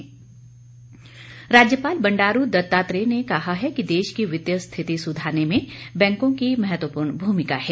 राज्यपाल राज्यपाल बंडारू दत्तात्रेय ने कहा है कि देश की वित्तीय स्थिति सुधारने में बैंकों की महत्वपूर्ण भूमिका है